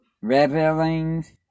Revelings